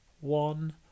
one